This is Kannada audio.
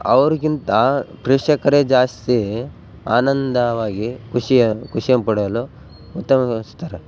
ಅವ್ರಿಗಿಂತ ಪ್ರೇಕ್ಷಕ್ರೆ ಜಾಸ್ತಿ ಆನಂದವಾಗಿ ಖುಷಿಯ ಖುಷಿಯನ್ ಪಡೆಯಲು ಉತ್ತಮ ಗೊಳಿಸ್ತಾರೆ